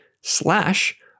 slash